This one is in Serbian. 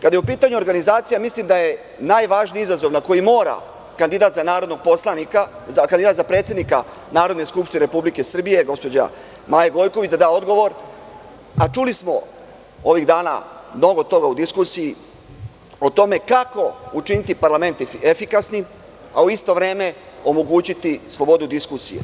Kada je u pitanju organizacija, mislim da je najvažniji izazov na koji mora kandidat za predsednika Narodne skupštine Republike Srbije, gospođa Maja Gojković, da da odgovor, a čuli smo ovih dana mnogo toga u diskusiji o tome kako učiniti parlament efikasnim, a u isto vreme omogućiti slobodu diskusije.